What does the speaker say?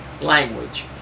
language